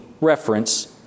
Reference